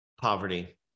poverty